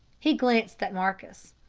he glanced at marcus.